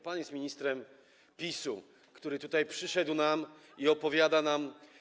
Pan jest ministrem PiS-u, który tutaj przyszedł i opowiada nam.